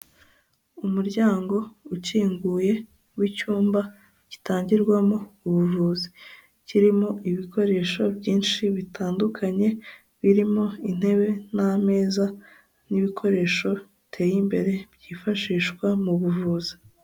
Umuryango ukinguye w'icyumba gitangirwamo ubuvuzi, kirimo ibikoresho byinshi bitandukanye, birimo intebe n'ameza n'ibikoresho biteye imbere byifashishwa mu buvuzi.